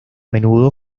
menudo